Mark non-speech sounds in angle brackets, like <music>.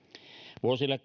vuosille <unintelligible>